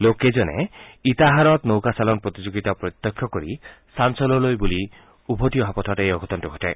লোক কেইজনে ইটাহাৰৰ নৌকাচালন প্ৰতিযোগিতা প্ৰত্যক্ষ কৰি চানচোললৈ উভতি অহা পথত এই অঘটনটো ঘটে